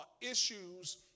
issues